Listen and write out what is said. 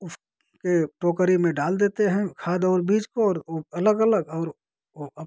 उस के टोकरी में डाल देते हैं खाद और बीज को और ओ अलग अलग और वो अब